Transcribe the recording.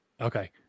Okay